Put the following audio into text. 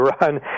run